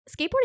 skateboarding